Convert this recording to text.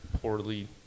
poorly